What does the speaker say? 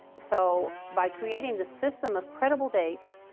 so by creating the system of credible dates,